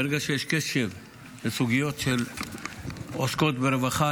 ברגע שיש קשב לסוגיות שעוסקות ברווחה,